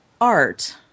art